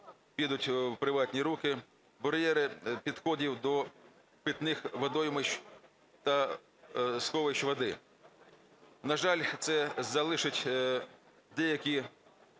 підуть в приватні руки, бар'єри підходів до питних водоймищ та сховищ води. На жаль, це залишить деякі